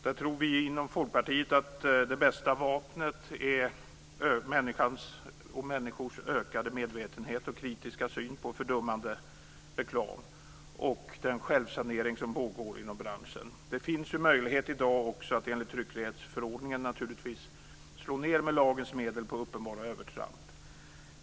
Där tror vi i Folkpartiet att de bästa vapnen är människors ökade medvetenhet och kritiska syn på fördummande reklam och den självsanering som pågår inom branschen. Det finns ju också möjlighet i dag att enligt tryckfrihetsförordningen slå ned med lagens medel på uppenbara övertramp.